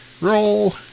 roll